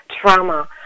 trauma